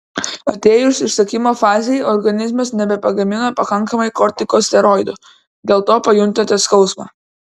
atėjus išsekimo fazei organizmas nebepagamina pakankamai kortikosteroidų dėl to pajuntate skausmą